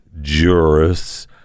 jurists